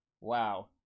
Wow